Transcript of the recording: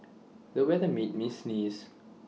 the weather made me sneeze